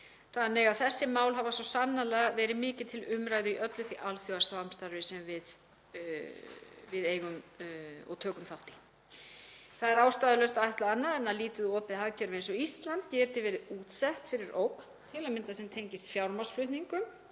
stafræn. Þessi mál hafa því svo sannarlega verið mikið til umræðu í öllu því alþjóðasamstarfi sem við eigum og tökum þátt í. Það er ástæðulaust að ætla annað en að lítið opið hagkerfi eins og Ísland geti verið útsett fyrir ógn til að mynda sem tengist fjármagnsflutningum